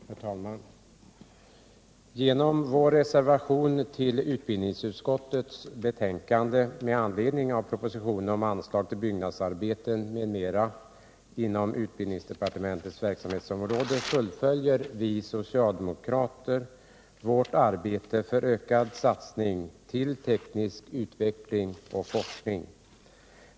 Herr talman! Genom vår reservation till utbildningsutskottets betänkande med anledning av propositionen om anslag till byggnadsarbeten m.m. inom utbildningsdepartementets verksamhetsområde fullföljer vi socialdemokrater vårt arbete för ökad satsning på teknisk utveckling och forskning.